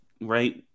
right